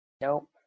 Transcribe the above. nope